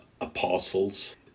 apostles